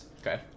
Okay